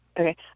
Okay